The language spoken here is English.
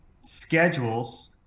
schedules